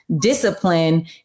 discipline